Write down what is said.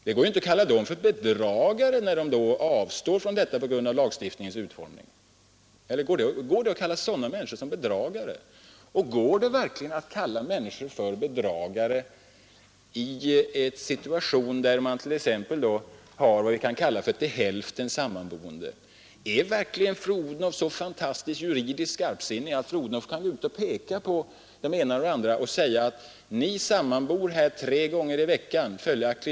Det går inte att kalla dem bedragare när de avstår från äktenskap på grund av lagstifningens utformning. Går det verkligen att kalla människor bedragare i de fall där de är vad man kan kalla till hälften sammanboende? Är verkligen fru Odhnoff så fantastiskt juridiskt skarpsinnig att fru Odhnoff kan gå ut och peka på den ene eller den andre och säga: ”Ni sammanbor tre gånger i veckan.